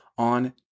on